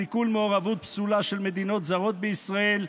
סיכול מעורבות פסולה של מדינות זרות בישראל,